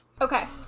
okay